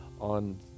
on